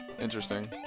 interesting